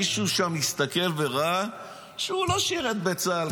מישהו שם הסתכל וראה שהוא לא שירת בצה"ל,